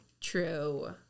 True